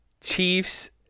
Chiefs